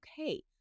okay